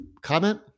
comment